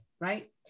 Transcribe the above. right